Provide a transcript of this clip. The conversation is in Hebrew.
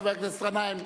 חבר הכנסת גנאים.